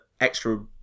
extra